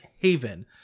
haven